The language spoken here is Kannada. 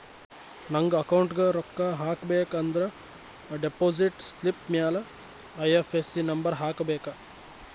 ನಂಗ್ ಅಕೌಂಟ್ಗ್ ರೊಕ್ಕಾ ಹಾಕಬೇಕ ಅಂದುರ್ ಡೆಪೋಸಿಟ್ ಸ್ಲಿಪ್ ಮ್ಯಾಲ ಐ.ಎಫ್.ಎಸ್.ಸಿ ನಂಬರ್ ಹಾಕಬೇಕ